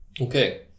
Okay